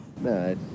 No